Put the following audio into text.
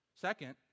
Second